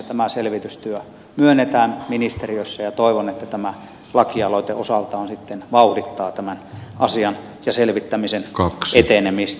tämä selvitystyö myönnetään ministeriössä ja toivon että tämä lakialoite osaltaan vauhdittaa asian selvittämisen etenemistä